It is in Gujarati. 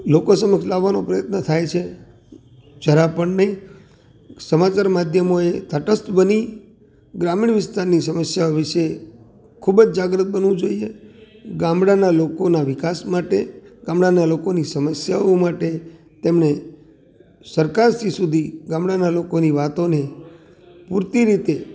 લોકો સમક્ષ લાવવાનો પ્રયત્ન થાયે છે જરા પણ નહીં સમાચાર માધ્યમો એ તટસ્થ બની ગ્રામીણ વિસ્તારની સમસ્યા વિશે ખૂબ જ જાગૃત બનવું જોઈએ ગામડાના લોકોના વિકાસ માટે ગામડાના લોકોની સમસ્યાઓ માટે તેમને સરકાર સુધી ગામડાના લોકોની વાતોને પૂરતી રીતે